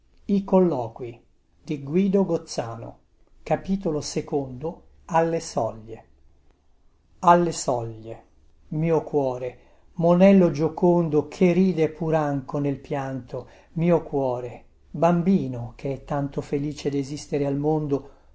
questo testo è stato riletto e controllato alle soglie i mio cuore monello giocondo che ride pur anco nel pianto mio cuore bambino che è tanto felice desistere al mondo